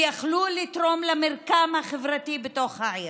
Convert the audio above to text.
ויכלו לתרום למרקם החברתי בתוך העיר.